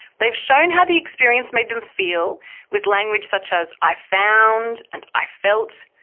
they've shown how the experience made them feel with language such as i found and i felt,